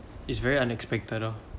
it's very unexpected lor